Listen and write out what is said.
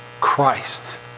Christ